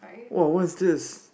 !wow! what's this